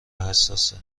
حساسه